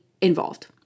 involved